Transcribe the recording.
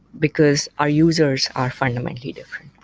because our users are fundamentally different.